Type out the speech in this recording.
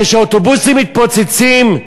כשאוטובוסים מתפוצצים,